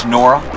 Nora